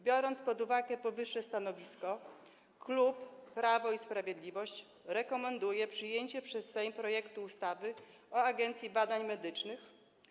Biorąc pod uwagę powyższe stanowisko, klub Prawo i Sprawiedliwość rekomenduje przyjęcie przez Sejm projektu ustawy o Agencji Badań Medycznych.